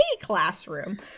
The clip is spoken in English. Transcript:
classroom